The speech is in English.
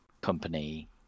company